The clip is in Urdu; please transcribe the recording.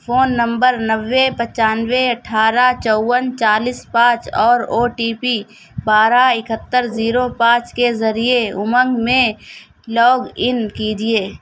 فون نمبر نوے پچانوے اٹھارہ چوون چالیس پانچ اور او ٹی پی بارہ اکہتر زیرو پانچ کے ذریعے امنگ میں لاگ ان کیجیے